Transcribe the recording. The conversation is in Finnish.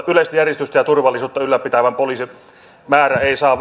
yleistä järjestystä ja turvallisuutta ylläpitävän poliisin määrä ei saa